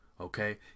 Okay